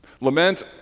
lament